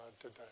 today